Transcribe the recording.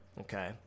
Okay